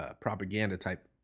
propaganda-type